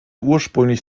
ursprünglich